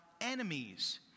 enemies